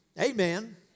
Amen